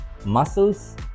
muscles